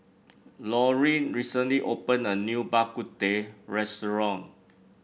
Laurene recently opened a new Bak Kut Teh restaurant